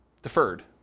Deferred